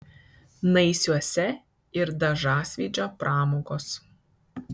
naisiuose ir dažasvydžio pramogos